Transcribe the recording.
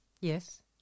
yes